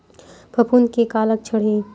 फफूंद के का लक्षण हे?